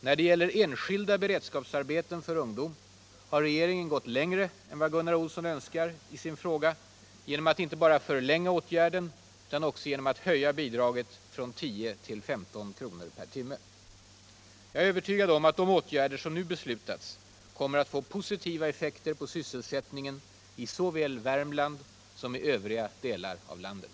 När det gäller enskilda beredskapsarbeten för ungdom har regeringen gått längre än vad Gunnar Olsson önskar i sin fråga genom att inte bara förlänga åtgärden utan också höja bidraget från 10 till 15 kr. per timme. Jag är övertygad om att de åtgärder som nu beslutats kommer att få positiva effekter på sysselsättningen i såväl Värmland som i övriga delar av landet.